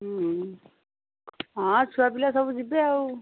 ହୁଁ ହଁ ଛୁଆ ପିଲା ସବୁ ଯିବେ ଆଉ